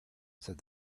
said